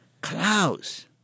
Klaus